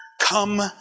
Come